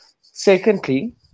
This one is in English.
Secondly